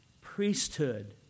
priesthood